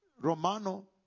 Romano